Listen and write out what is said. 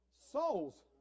Souls